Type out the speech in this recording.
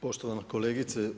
Poštovana kolegice.